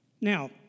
Now